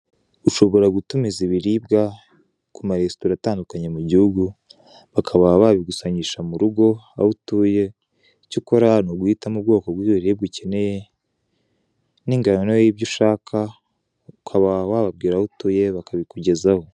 Ushobora gutumiza ibiribwa ku ma resitora atandukanye mu gihugu bakaba babigusangisha murugo aho utuye, icyo ukora n'uguhitamo ubwoko bw'ibiribwa ukeneye n'ingano y'ibyo ushaka ukaba wababwira aho utuye bakabikugezaho.